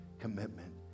commitment